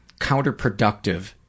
counterproductive